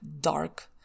dark